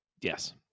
yes